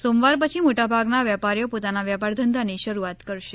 સોમવાર પછી મોટાભાગના વેપારીઓ પોતાના વેપાર ધંધાની શરૂઆત કરશે